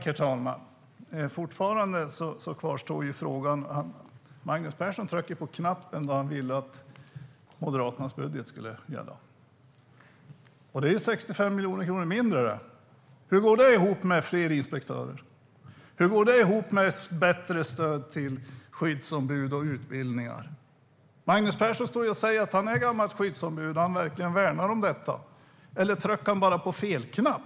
Herr talman! Magnus Persson tryckte ju på knappen för att Moderaternas budget skulle gälla. Det innebär 65 miljoner mindre. Hur går det ihop med fler inspektörer? Hur går det ihop med ett bättre stöd till skyddsombud och utbildningar? Magnus Persson står här och säger att han är gammalt skyddsombud och verkligen värnar om detta. Tryckte han bara på fel knapp?